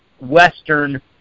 western